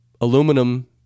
aluminum